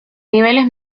niveles